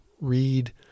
read